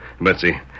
Betsy